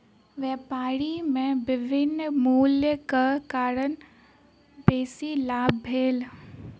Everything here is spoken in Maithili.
व्यापारी के विभिन्न मूल्यक कारणेँ बेसी लाभ भेल